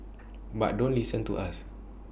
but don't listen to us